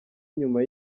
nyuma